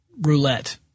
roulette